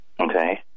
Okay